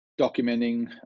documenting